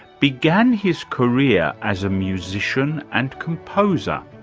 began his career as a musician and composer.